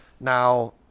now